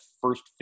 first